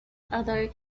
other